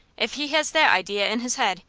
if he has that idea in his head,